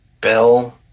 Bell